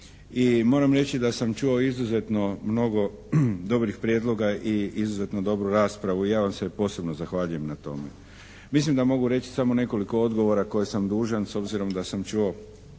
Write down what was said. I moram reći da sam čuo izuzetno mnogo dobrih prijedloga i izuzetno dobru raspravu. Ja vam se posebno zahvaljujem na tome. Mislim da mogu reći samo nekoliko odgovora koje sam dužan, s obzirom da sam čuo